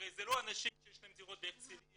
הרי זה לא אנשים שיש להם דירות בהרצליה